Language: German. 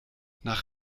nach